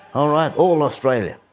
all right? all australia.